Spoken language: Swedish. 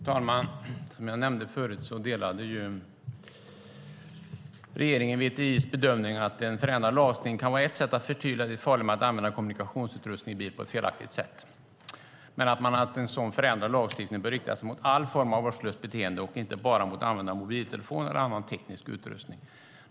Fru talman! Som jag nämnde förut delade regeringen VTI:s bedömning att en förändrad lagstiftning kan vara ett sätt att förtydliga att det är farligt att använda kommunikationsutrustning i bil på ett felaktigt sätt men att en sådan förändrad lagstiftning bör rikta sig mot all form av vårdslöst beteende och inte bara mot användandet av mobiltelefoner eller annan teknisk utrustning.